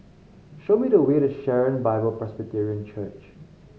show me the way to Sharon Bible Presbyterian Church